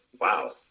wow